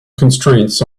constraints